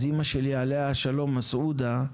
אז אמא שלי עליה השלום, מסעודה,